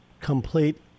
Complete